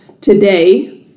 today